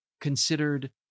considered